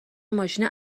ماشین